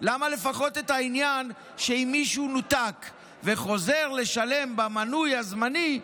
למה לפחות את העניין שאם מישהו נותק וחוזר לשלם במנוי הזמני,